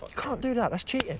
can't do that! that's cheating!